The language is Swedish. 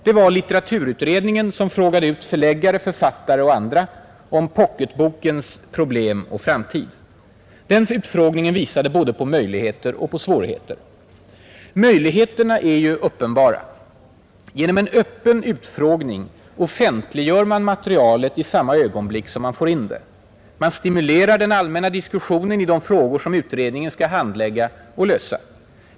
Det var litteraturutredningen som frågade ut förläggare, författare och andra om pocketbokens problem och framtid. Den utfrågningen visade både på möjligheter och på svårigheter. Möjligheterna är uppenbara. Genom en öppen utfrågning offentliggör man materialet i samma ögonblick som man får in det. Man stimulerar den allmänna diskussionen i de frågor som utredningen skall handlägga och lösa.